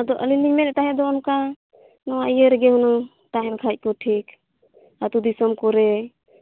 ᱟᱫᱚ ᱟᱹᱞᱤᱧ ᱞᱤᱧ ᱢᱮᱱᱮᱫ ᱛᱟᱦᱮᱫ ᱫᱚ ᱚᱱᱠᱟ ᱱᱚᱣᱟ ᱤᱭᱟᱹ ᱨᱮᱜᱮ ᱦᱩᱱᱟᱹᱝ ᱛᱟᱦᱮᱱ ᱠᱷᱟᱱ ᱠᱚ ᱴᱷᱤᱠ ᱟᱹᱛᱩ ᱫᱤᱥᱚᱢ ᱠᱚᱨᱮ